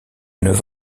neuf